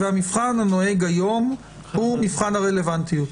והמבחן הנוהג היום הוא מבחן הרלוונטיות.